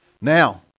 Now